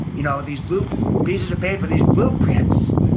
you know these blue pieces of paper, these blueprints,